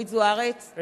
כי